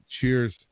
Cheers